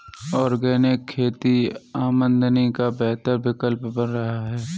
organic खेती आमदनी का बेहतर विकल्प बन रहा है